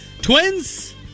Twins